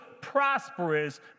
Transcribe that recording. prosperous